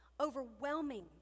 overwhelming